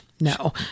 no